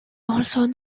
also